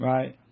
Right